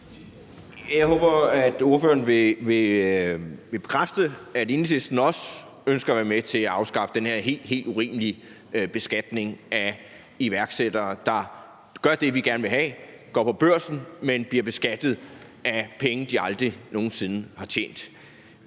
Jeg håber, at ordføreren vil bekræfte, at Enhedslisten også ønsker at være med til at afskaffe den her helt, helt urimelige beskatning af iværksættere, der gør det, vi gerne vil have, nemlig går på Børsen, men bliver beskattet af penge, de aldrig nogen sinde har tjent.